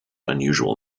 unusual